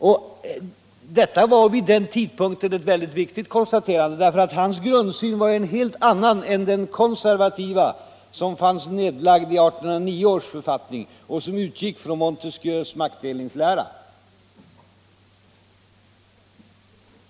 Och detta var vid den tidpunkten ett väldigt viktigt konstaterande, för Karl Staaffs grundsyn var ju en helt annan än den konservativa som fanns nedlagd i 1809 års författning och som utgick från Montesquieus maktdelningslära.